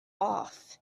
off